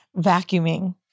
vacuuming